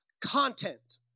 content